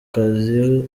kazi